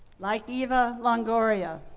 like eva longoria,